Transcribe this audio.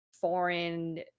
foreign